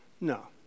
No